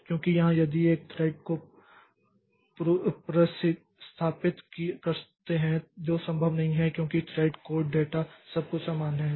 क्योंकि यहां यदि आप एक थ्रेड को प्रतिस्थापित करते हैं जो संभव नहीं है क्योंकि थ्रेड कोड डेटा सब कुछ समान है